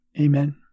Amen